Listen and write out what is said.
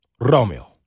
Romeo